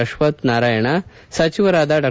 ಅಶ್ವತ್ ನಾರಾಯಣ ಸಚಿವರಾದ ಡಾ